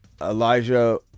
Elijah